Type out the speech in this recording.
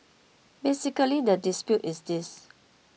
basically the dispute is this